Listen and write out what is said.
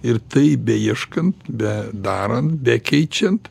ir tai beieškant bedarant be keičiant